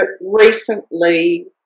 recently